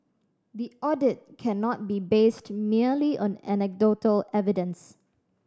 the audit cannot be based merely on anecdotal evidence